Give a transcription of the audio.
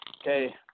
okay